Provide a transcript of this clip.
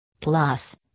Plus